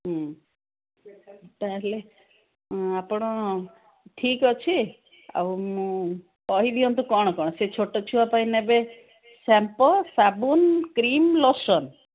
ହଁ ତା'ହେଲେ ଆପଣ ଠିକ୍ ଅଛି ଆଉ ମୁଁ କହିଦିଅନ୍ତୁ କ'ଣ କ'ଣ ସେ ଛୋଟ ଛୁଆ ପାଇଁ ନେବେ ସାମ୍ପୋ ସାବୁନ୍ କ୍ରିମ୍ ଲୋସନ୍